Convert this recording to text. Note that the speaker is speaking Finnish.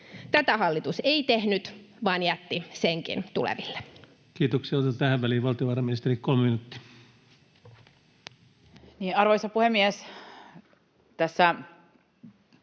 Tätä hallitus ei tehnyt, vaan jätti senkin tuleville. Kiitoksia. — Otetaan tähän väliin valtiovarainministeri, kolme minuuttia. Arvoisa puhemies! Tässä